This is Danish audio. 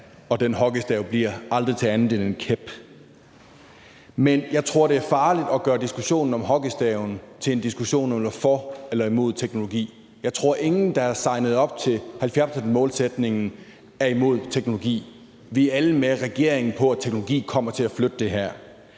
og den hockeystav bliver aldrig til andet end en kæp. Men jeg tror, det er farligt at gøre diskussionen om hockeystaven til en diskussion om, om man er for eller imod teknologi. Jeg tror, at ingen, der er signet op til 70-procentsmålsætningen, er imod teknologi. Vi er alle sammen med regeringen med på, at teknologi kommer til at flytte det her.